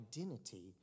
identity